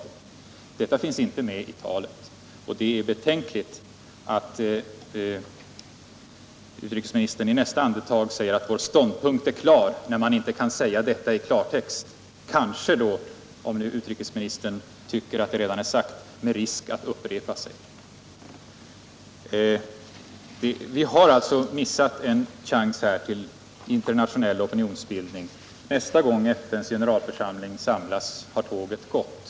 Detta finns inte med i talet, och det är betänkligt att utrikesministern i nästa andetag säger att vår ståndpunkt var klar när man inte kan säga detta i klartext — kanske, om utrikesministern tycker att det redan är sagt, med risk att upprepa sig. Här har vi alltså missat en chans till internationell opinionsbildning. Nästa gång FN:s generalförsamling samlas har tåget gått.